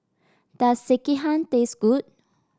does Sekihan taste good